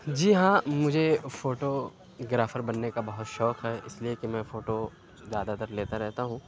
جی ہاں مجھے photographer بننے کا بہت شوق ہے اِس لیے کہ میں فوٹو زیادہ تر لیتا رہتا ہوں